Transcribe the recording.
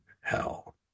hell